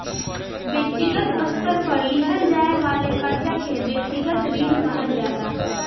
व्यक्तिगत स्तर पर लिहल जाये वाला कर्जा के व्यक्तिगत ऋण कहल जाला